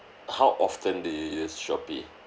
how often do you use Shopee